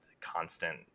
constant